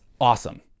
awesome